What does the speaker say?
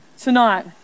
tonight